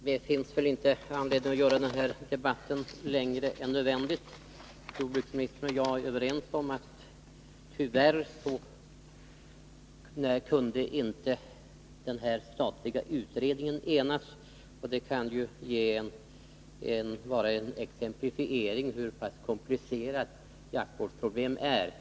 Fru talman! Det finns ingen anledning att göra denna debatt längre än nödvändigt. Jordbruksministern och jag är överens om att det är beklagligt att man inte kunde enas inom den här statliga utredningen. Det kan ju exemplifiera hur pass komplicerat jaktvårdsproblemet är.